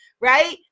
right